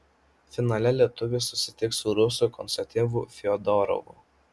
finale lietuvis susitiks su rusu konstantinu fiodorovu